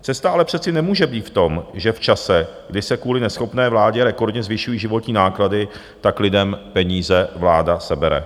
Cesta ale přece nemůže být v tom, že v čase, kdy se kvůli neschopné vládě rekordně zvyšují životní náklady, lidem peníze vláda sebere.